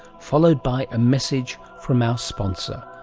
followed by a message from our sponsor.